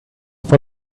for